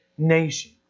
Nation